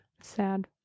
Sad